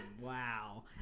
Wow